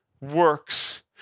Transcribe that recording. works